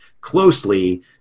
closely